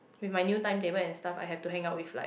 with my new timetable and stuff I had to hang out with like